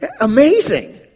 amazing